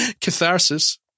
Catharsis